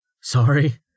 Sorry